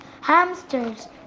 hamsters